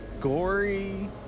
gory